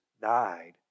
died